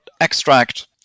extract